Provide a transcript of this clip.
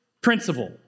principle